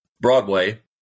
Broadway